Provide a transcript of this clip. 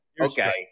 Okay